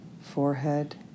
forehead